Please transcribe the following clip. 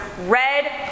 red